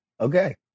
Okay